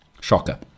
Shocker